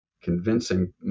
convincing